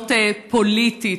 להיות פוליטית.